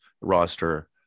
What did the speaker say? roster